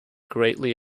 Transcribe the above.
greatly